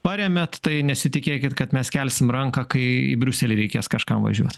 paremiat tai nesitikėkit kad mes kelsim ranką kai į briuselį reikės kažkam važiuot